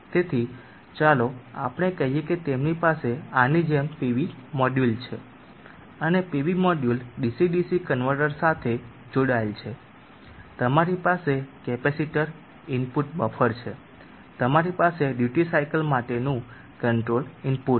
તેથી ચાલો આપણે કહીએ કે તેમની પાસે આની જેમ PV મોડ્યુલ છે અને PV module DC DC converter સાથે જોડાયેલ છે તમારી પાસે કેપેસિટર ઇનપુટ બફર છે તમારી પાસે ડ્યુટી સાયકલ માટેનું કંટ્રોલ ઇનપુટ છે